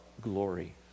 glory